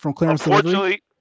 unfortunately